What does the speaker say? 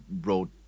wrote